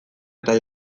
eta